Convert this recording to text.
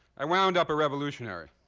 i wound up a revolutionary.